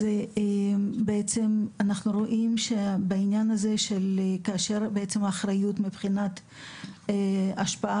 אנחנו רואים שכאשר האחריות מבחינת השפעה